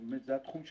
שזה התחום שלהם?